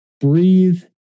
breathe